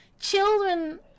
children